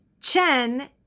Chen